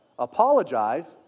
apologize